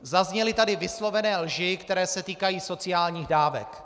Zazněly tady vyslovené lži, které se týkají sociálních dávek.